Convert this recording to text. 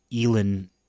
Elon